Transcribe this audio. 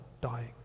dying